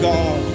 God